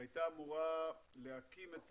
שהיתה אמורה להקים את